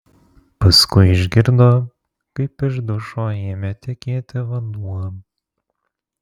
paskui išgirdo kaip iš dušo ėmė tekėti vanduo